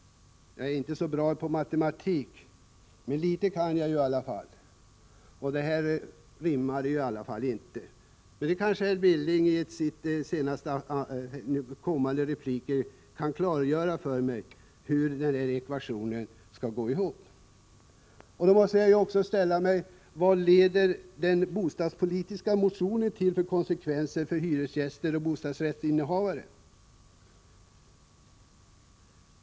Jag är inte så bra på matematik, men litet kan jag i alla fall, och detta går bara inte ihop. Men herr Billing kan kanske i sina kommande repliker klargöra för mig hur denna ekvation skall gå ihop. Jag måste också ställa frågan: Vilka konsekvenser får moderaternas bostadspolitiska motion för hyresgäster och bostadsrättsinnehavare?